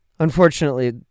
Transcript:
Unfortunately